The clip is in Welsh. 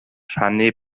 rhannu